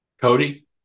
Cody